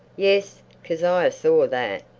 yes, kezia saw that.